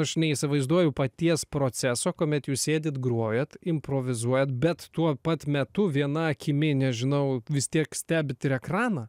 aš neįsivaizduoju paties proceso kuomet jūs sėdit grojat improvizuojat bet tuo pat metu viena akimi nežinau vis tiek stebit ir ekraną